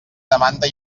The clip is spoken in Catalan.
demanda